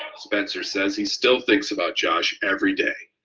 spencer says he still thinks about josh every day.